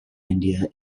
india